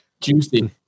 juicy